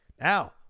Now